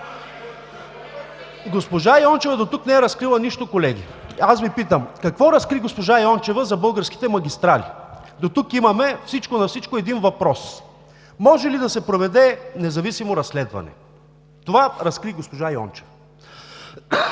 Госпожа Йончева дотук не е разкрила нищо, колеги. Аз Ви питам: какво разкри госпожа Йончева за българските магистрали? Дотук имаме всичко на всичко един въпрос. „Може ли да се проведе независимо разследване?“ Това разкри госпожа Йончева.